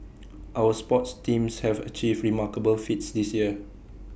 our sports teams have achieved remarkable feats this year